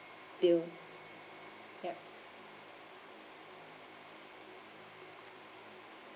bill yup